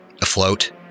afloat